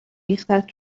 ریختت